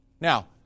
Now